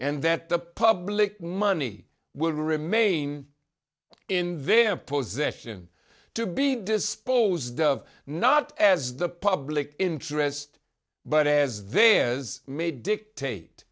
and that the public money will remain in their possession to be disposed of not as the public interest but as there as may dictate